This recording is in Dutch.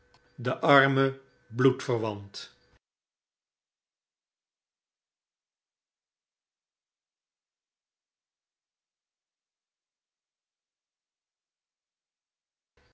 de arme bloedverwant